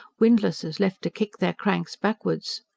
windlasses left to kick their cranks backwards.